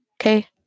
okay